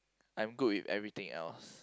I am good with everything else